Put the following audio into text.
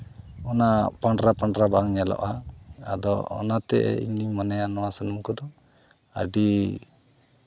ᱚᱱᱟ ᱯᱟᱸᱰᱨᱟ ᱯᱟᱸᱰᱨᱟ ᱵᱟᱝ ᱧᱮᱞᱚᱜᱼᱟ ᱟᱫᱚ ᱚᱱᱟᱛᱮ ᱤᱧ ᱢᱚᱱᱮᱭᱟ ᱱᱚᱣᱟ ᱥᱩᱱᱩᱢ ᱠᱚᱫᱚ ᱟᱹᱰᱤ